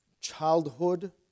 childhood